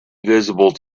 visible